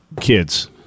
kids